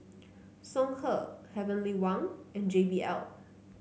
Songhe Heavenly Wang and J B L